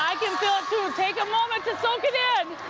i can feel it too take a moment to soak it in